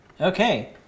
Okay